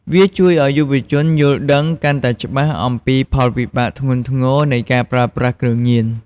វាជួយឱ្យយុវជនយល់ដឹងកាន់តែច្បាស់ អំពីផលវិបាកធ្ងន់ធ្ងរនៃការប្រើប្រាស់គ្រឿងញៀន។